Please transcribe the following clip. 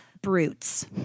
brutes